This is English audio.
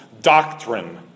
doctrine